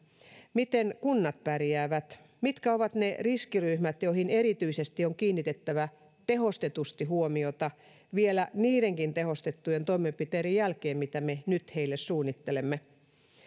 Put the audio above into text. miten kunnat pärjäävät mitkä ovat ne riskiryhmät joihin erityisesti on kiinnitettävä tehostetusti huomiota vielä niidenkin tehostettujen toimenpiteiden jälkeen mitä me nyt heille suunnittelemme